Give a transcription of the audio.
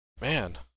Man